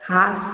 हा